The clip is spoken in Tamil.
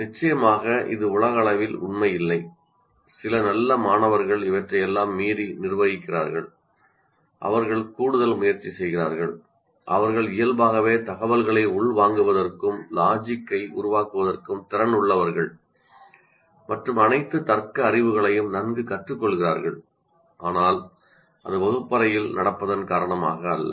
நிச்சயமாக இது உலகளவில் உண்மை இல்லை சில நல்ல மாணவர்கள் இவற்றையெல்லாம் மீறி நிர்வகிக்கிறார்கள் அவர்கள் கூடுதல் முயற்சி செய்கிறார்கள் அவர்கள் இயல்பாகவே தகவல்களை உள்வாங்குவதற்கும் லாஜிக் ஐ உருவாக்குவதற்கும் திறனுள்ளவர்கள் மற்றும் அனைத்து பகுத்தறிவுகளையும் நன்கு கற்றுக்கொள்கிறார்கள் ஆனால் அது வகுப்பறையில் என்ன நடக்கிறது என்பதன் காரணமாக அல்ல